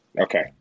Okay